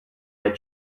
had